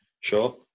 Sure